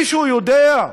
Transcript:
מישהו יודע?